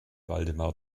waldemar